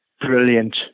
brilliant